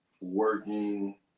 working